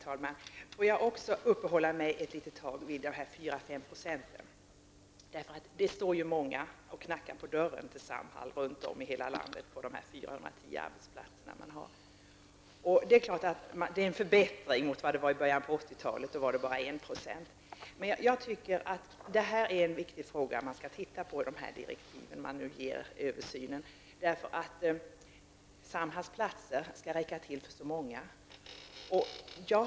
Herr talman! Får jag också uppehålla mig något vid de 4 à 5 procenten. Det är många runt om i landet som står och klappar på dörren till Samhalls 410 arbetsplatser. Visst är detta en förbättring jämfört med förhållandena i början av 80-talet, då det bara var 1 %. Jag tycker att detta är en mycket viktig fråga, som man bör titta på i samband med att man skriver direktiven för den planerade översynen. Samhalls arbetsplatser skall räcka till så många.